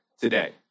today